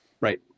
Right